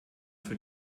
für